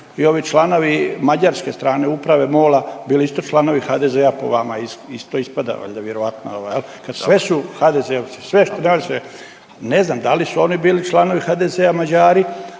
li su i ovi mađarske strane uprave MOLA bili isto članovi HDZ-a, po vama isto ispada valjda vjerojatno ovaj jel. Sve su HDZ-ovci, sve što …/Govornik se ne razumije./… ne znam da li oni bili članovi HDZ-a Mađari,